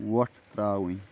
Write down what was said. وۄٹھ ترٛاوٕنۍ